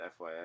FYI